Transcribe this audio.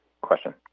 question